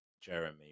Jeremy